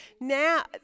Now